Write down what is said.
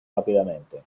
rápidamente